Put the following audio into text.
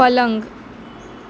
पलंग